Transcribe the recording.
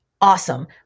awesome